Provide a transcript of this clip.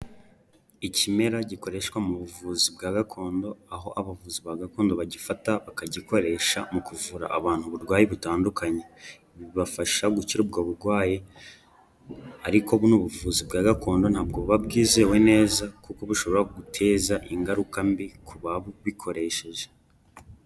Ikimera gikoreshwa mu buvuzi bwa gakondo, aho abavuzi ba gakondo bagifata bakagikoresha mu kuvura abantu uburwayi butandukanye. Bibafasha gukira ubwo burwayi ariko n'ubuvuzi bwa gakondo ntabwo buba bwizewe neza, kuko bushobora guteza ingaruka mbi ku babikoresheje.